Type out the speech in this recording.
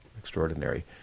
extraordinary